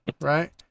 Right